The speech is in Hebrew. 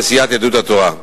לסיעת יהדות התורה?